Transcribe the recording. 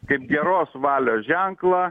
kaip geros valios ženklą